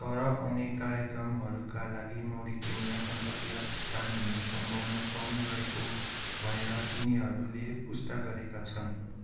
तर आउने कार्यक्रमहरूका लागि मौरिटानिया गन्तव्य स्थान हुने सम्भावना कम रहेको भएर तिनीहरूले पुष्टि गरेका छन्